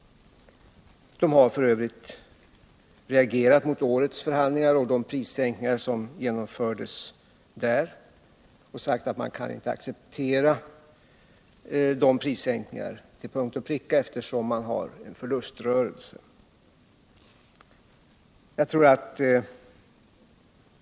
Verket har f. ö. reagerat mot årets förhandlingar och de prissänkningar som då genomfördes. Verket kan inte acceptera de priserna till punkt och pricka, eftersom man driver en förluströrelse.